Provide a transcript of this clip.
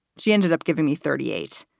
she ended up giving me thirty eight,